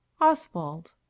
oswald